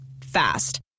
Fast